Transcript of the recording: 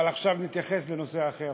אבל עכשיו אתייחס לנושא אחר.